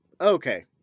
Okay